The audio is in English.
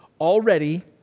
already